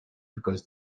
because